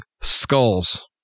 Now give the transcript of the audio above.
skulls